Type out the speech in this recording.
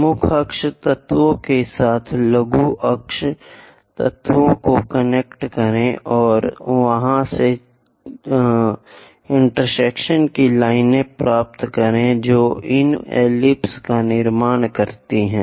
प्रमुख अक्ष तत्वों के साथ लघु अक्ष तत्वों को कनेक्ट करें और वहां से चौराहे की लाइनें प्राप्त करें जो इस एलिप्स का निर्माण करती है